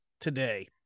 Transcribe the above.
today